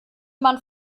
man